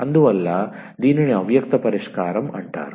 అందువల్ల దీనిని అవ్యక్త పరిష్కారం అంటారు